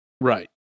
Right